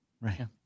right